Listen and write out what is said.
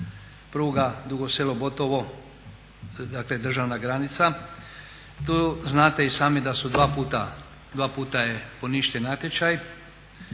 pruga Dugo Selo-Botovo, dakle državna granica. Tu znate i sami da je dva puta poništen natječaj.